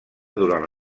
durant